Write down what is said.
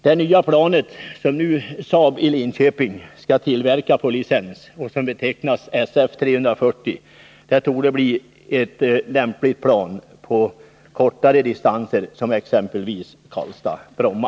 Det nya plan som Saab i Linköping skall tillverka på licens och som betecknas SF-340 torde bli ett lämpligt plan på kortare distanser, exempelvis Karlstad-Bromma.